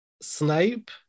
snipe